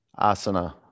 asana